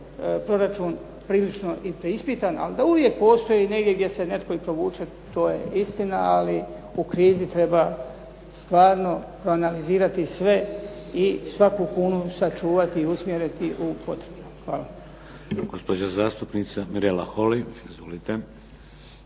proračun prilično preispitan, ali da uvijek postoji i negdje gdje se netko i provuče. To je istina, ali u krizi treba stvarno proanalizirati sve i svaku kunu sačuvati i usmjeriti u potrebno. Hvala.